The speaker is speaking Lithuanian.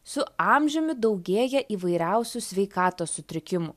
su amžiumi daugėja įvairiausių sveikatos sutrikimų